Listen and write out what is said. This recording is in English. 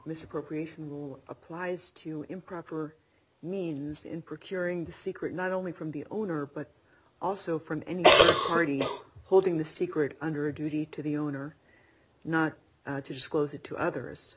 misappropriation rule applies to improper means in procuring the secret not only from the owner but also from any party holding the secret under a duty to the owner not just close it to others